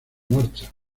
marcha